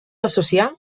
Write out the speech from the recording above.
associar